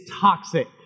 toxic